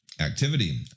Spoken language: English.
activity